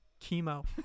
chemo